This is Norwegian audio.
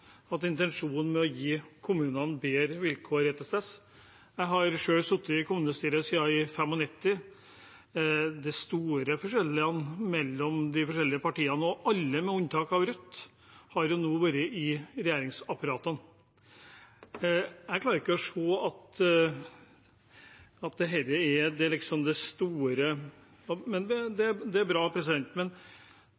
at intensjonen med å gi kommunene bedre vilkår er til stede. Jeg har selv sittet i kommunestyre siden 1995. Det er store forskjeller mellom de forskjellige partiene, og alle, med unntak av Rødt, har nå vært i regjeringsapparatet. Jeg klarer ikke å se at dette liksom er det store, men det